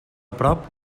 prop